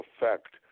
effect